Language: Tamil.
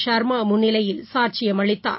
ஷர்மாமுன்னிலையில் சாட்சியம் அளித்தார்